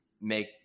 make